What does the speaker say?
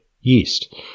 yeast